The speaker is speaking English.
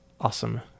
awesome